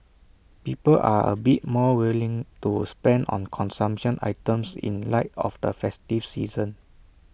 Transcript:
people are A bit more willing to spend on consumption items in light of the festive season